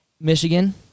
Michigan